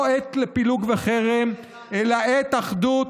לא עת לפילוג וחרם אלא עת אחדות,